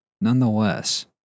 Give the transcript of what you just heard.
nonetheless